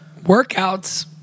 Workouts